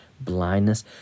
blindness